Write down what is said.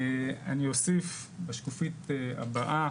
אני אוסיף בשקופית ארבעה.